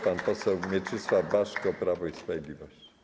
Pan poseł Mieczysław Baszko, Prawo i Sprawiedliwość.